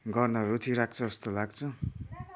गर्न रुचि राख्छ जस्तो लाग्छ